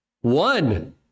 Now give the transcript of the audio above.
One